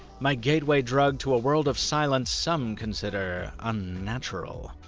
my gateway drug to a world of silence some consider unnatural.